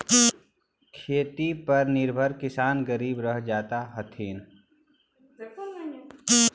खेती पर निर्भर किसान गरीब रह जा हथिन